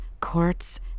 courts